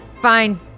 Fine